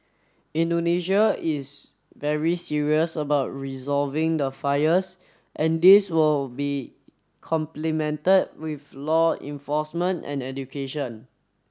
Indonesia is very serious about resolving the fires and this will be complemented with law enforcement and education